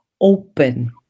open